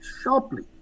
sharply